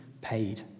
paid